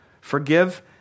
forgive